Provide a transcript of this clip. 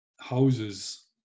houses